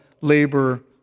labor